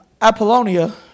Apollonia